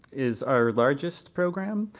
is our largest program.